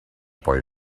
boy